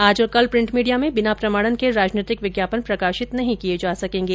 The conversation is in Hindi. आज और कल प्रिंट मीडिया में बिना प्रमाणन के राजनैतिक विज्ञापन प्रकाशित नहीं किए जा सकेंगे